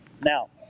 Now